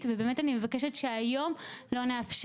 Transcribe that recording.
אז רק אני רוצה, ערן.